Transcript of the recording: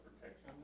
protection